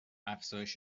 افزایش